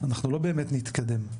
אנחנו לא באמת נתקדם.